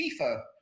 FIFA